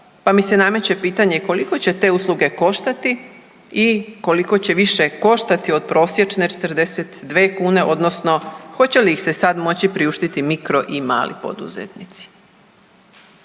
pa mi se nameće pitanje koliko će te usluge koštati i koliko će više koštati od prosječne 42 kune odnosno hoće li ih se sada moći priuštiti mikro i mali poduzetnici?